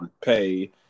pay